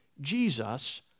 Jesus